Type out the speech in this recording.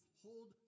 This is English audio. hold